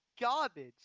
garbage